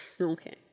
okay